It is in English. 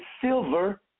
silver